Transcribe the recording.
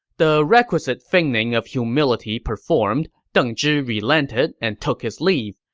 the requisite feigning of humility performed, deng zhi relented and took his leave.